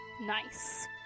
nice